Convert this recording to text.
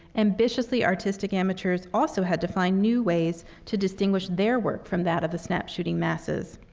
ambitiously artistic amateurs also had to find new ways to distinguish their work from that of the snap-shooting masses.